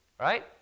right